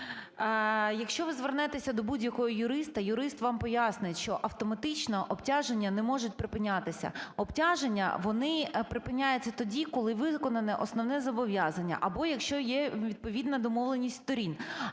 Якщо ви звернетеся до будь-якого юриста, юрист вам пояснить, що автоматично обтяження не можуть припинятися. Обтяження, вони припиняються тоді, коли виконане основне зобов'язання або якщо є відповідна домовленість сторін.